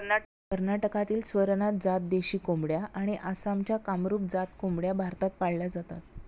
कर्नाटकातील स्वरनाथ जात देशी कोंबड्या आणि आसामच्या कामरूप जात कोंबड्या भारतात पाळल्या जातात